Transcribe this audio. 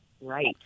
right